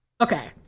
Okay